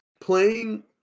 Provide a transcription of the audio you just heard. playing